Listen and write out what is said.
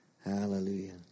Hallelujah